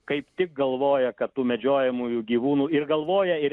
kaip tik galvoja kad tų medžiojamųjų gyvūnų ir galvoja ir